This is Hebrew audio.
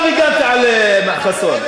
עכשיו הגנתי על מר חסון.